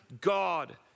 God